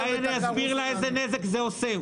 לתחרות --- אולי אני אסביר לה איזה נזק זה עושה.